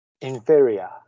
inferior